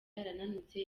yarananutse